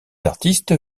artistes